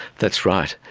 that's right,